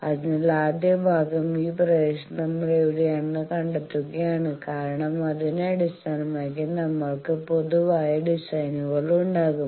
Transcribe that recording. അതിനാൽ ആദ്യ ഭാഗം ഈ പ്രദേശത്ത് നമ്മൾ എവിടെയാണെന്ന് കണ്ടെത്തുകയാണ് കാരണം അതിനെ അടിസ്ഥാനമാക്കി നമ്മൾക്ക് പൊതുവായ ഡിസൈനുകൾ ഉണ്ടാകും